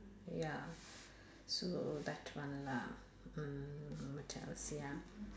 ya so that one lah mm mm tells ya